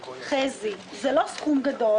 זה לא סכום גדול.